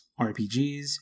RPGs